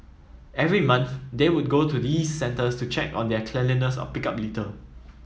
every month they would go to these centres to check on their cleanliness or pick up litter